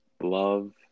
love